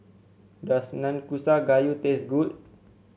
does Nanakusa Gayu taste good